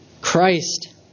Christ